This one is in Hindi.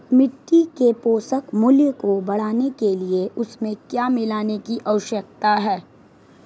मिट्टी के पोषक मूल्य को बढ़ाने के लिए उसमें क्या मिलाने की आवश्यकता है?